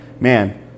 man